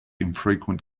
infrequent